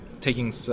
taking